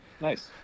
Nice